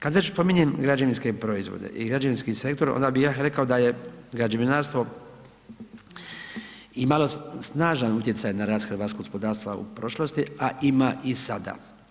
Kad već spominjem građevinske proizvode i građevinski sektor onda bi ja rekao da je građevinarstvo imalo snažan utjecaj na rast hrvatskog gospodarstva u prošlosti, a ima i sada.